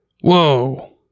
whoa